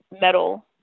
metal